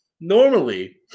normally